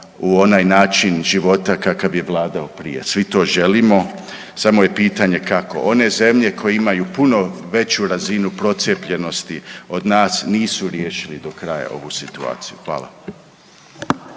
u onaj način života kakav je vladao prije. Svi to želimo samo je pitanje kako. One zemlje koje imaju puno veću razinu procijepljenosti od nas nisu riješili do kraja ovu situaciju. Hvala.